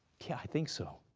yeah i think so.